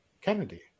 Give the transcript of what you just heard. Kennedy